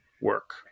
work